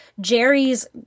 Jerry's